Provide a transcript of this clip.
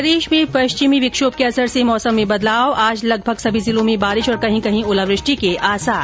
प्रदेश में पश्चिमी विक्षोभ के असर से मौसम में बदलाव आज लगभग सभी जिलों में बारिश और कही कही ओलावृष्टि के आसार